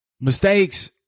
Mistakes